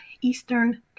Eastern